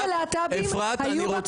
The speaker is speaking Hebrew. שלמה, די, חאלס.